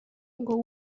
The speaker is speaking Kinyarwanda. ngo